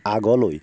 আগলৈ